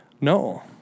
No